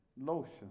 Lotion